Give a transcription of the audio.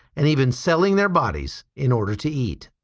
and even selling their bodies in order to eat.